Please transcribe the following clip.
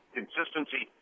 consistency